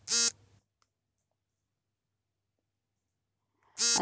ಅಂಜೂರ ಮರಕ್ಕೆ ಅಡ್ಡಿಯುಂಟುಮಾಡುವ ಕೀಟದ ಹೆಸರನ್ನು ತಿಳಿಸಿ?